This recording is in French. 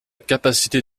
capacité